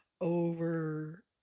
over